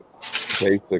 basic